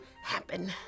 happen